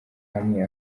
hamwe